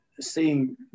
seeing